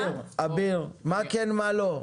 מה כן ומה לא?